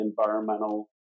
environmental